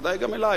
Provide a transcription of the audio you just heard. ודאי גם אלי,